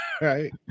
right